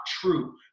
true